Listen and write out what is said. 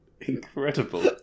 Incredible